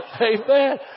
Amen